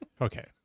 Okay